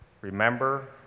Remember